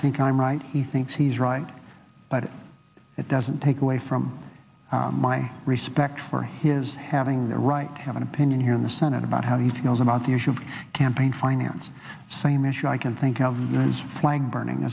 think i'm right he thinks he's right but it doesn't take away from my respect for his having the right to have an opinion here in the senate about how he feels about the issue of campaign finance same issue i can think of us flag burning